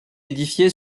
édifié